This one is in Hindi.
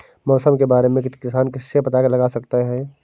मौसम के बारे में किसान किससे पता लगा सकते हैं?